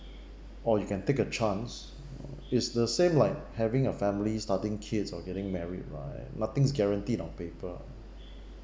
or you can take a chance uh it's the same like having a family starting kits or getting married lah eh nothing is guaranteed on paper